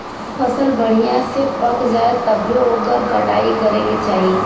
फसल बढ़िया से पक जाये तब्बे ओकर कटाई करे के चाही